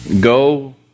Go